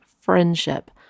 friendship